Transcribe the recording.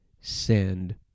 send